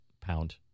pound